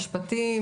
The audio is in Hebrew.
משפטים,